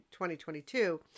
2022